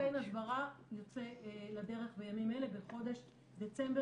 קמפיין הסברה יוצא לדרך בימים אלה בחודש דצמבר